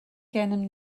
gennym